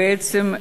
בעצם,